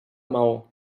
maó